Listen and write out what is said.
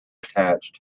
attached